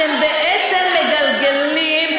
אתם בעצם מגלגלים,